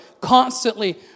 constantly